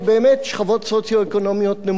שכבות סוציו-אקונומיות נמוכות,